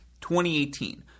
2018